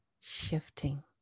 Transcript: shifting